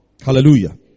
Hallelujah